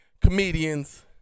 comedians